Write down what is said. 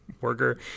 worker